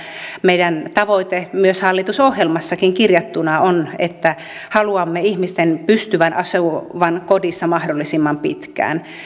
meidän tavoitteemme myös hallitusohjelmassakin kirjattuna on että haluamme ihmisten pystyvän asumaan kodissa mahdollisimman pitkään